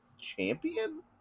champion